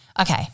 Okay